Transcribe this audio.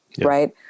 right